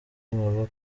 aba